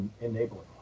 enabling